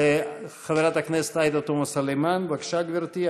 חברת הכנסת עאידה תומא סלימאן, בבקשה, גברתי.